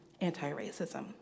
anti-racism